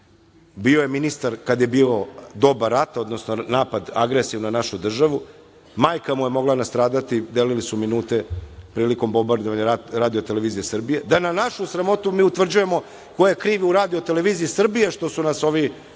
Bio je ministar kada je bilo doba rata, odnosno napad, agresije na našu državu, majka mu je mogla nastradati, delile su minute prilikom bombardovanja Radio-televizija Srbije, da na našu sramotu mi utvrđujemo ko je kriv u Radio-televiziji Srbije što su nas ovi